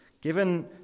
given